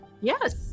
Yes